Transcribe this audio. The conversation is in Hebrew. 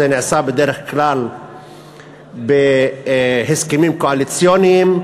זה נעשה בדרך כלל בהסכמים קואליציוניים.